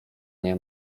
nie